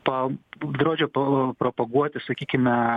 pa draudžia po propaguoti sakykime